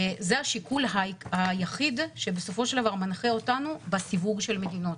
זה השיקול היחיד שבסופו של דבר מנחה אותנו בסיווג של מדינות.